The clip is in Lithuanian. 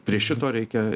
prie šito reikia